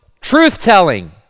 truth-telling